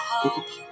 hope